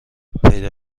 پیدا